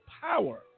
power